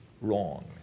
Wrong